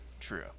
true